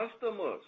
customers